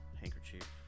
Handkerchief